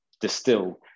distill